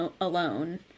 alone